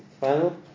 final